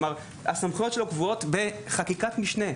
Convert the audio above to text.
הסמכויות של הרכז קבועות בחקיקת משנה,